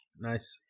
nice